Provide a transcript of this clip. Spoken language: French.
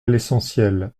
l’essentiel